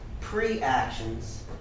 pre-actions